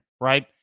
right